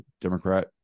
democrat